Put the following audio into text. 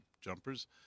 jumpers